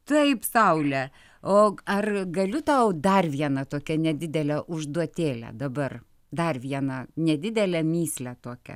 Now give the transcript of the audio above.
taip saule o ar galiu tau dar vieną tokią nedidelę užduotėlę dabar dar vieną nedidelę mįslę tokią